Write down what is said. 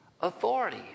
authority